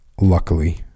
luckily